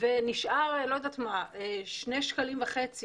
ונשארו שני שקלים וחצי